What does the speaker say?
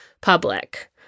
public